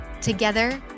Together